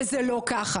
וזה לא ככה,